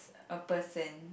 a person